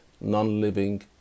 non-living